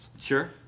Sure